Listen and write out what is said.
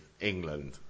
England